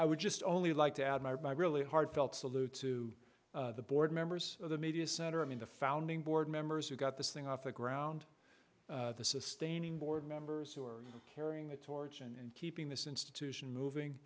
i would just only like to add my really heartfelt salute to the board members of the media center i mean the founding board members who got this thing off the ground the sustaining board members who are carrying the torch and keeping this institution